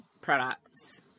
products